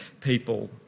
people